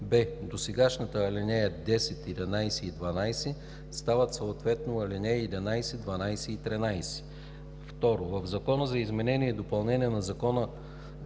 б) досегашните ал. 10, 11 и 12 стават съответно ал. 11, 12 и 13. 2. В Закона за изменение и допълнение на Закона